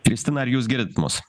kristina ar jūs girdit mus